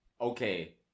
okay